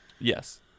Yes